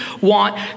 want